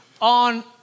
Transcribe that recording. on